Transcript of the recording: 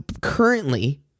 currently